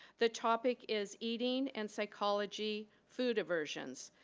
the topic is eating and psychology, food aversions.